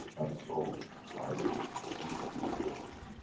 ah soul rises, we become joyful.